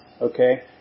Okay